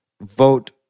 vote